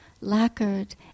lacquered